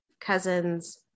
cousins